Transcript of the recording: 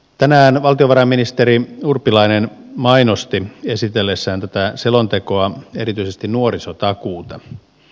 tänään valtiovarainministeri urpilainen mainosti esitellessään tätä selontekoa erityisesti nuorisotakuuta